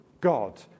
God